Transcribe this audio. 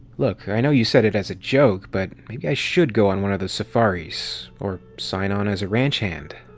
look, i know you said it as a joke, but maybe i should go on one of those safaris. or sign on as a ranch hand.